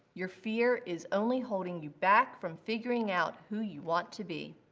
your fear is only holding you back from figuring out who you want to be.